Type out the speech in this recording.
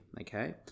okay